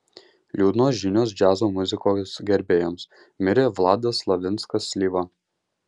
liūdnos žinios džiazo muzikos gerbėjams mirė vladas slavinskas slyva